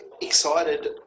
excited